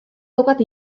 daukat